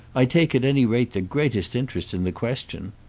i take at any rate the greatest interest in the question.